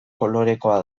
kolorekoa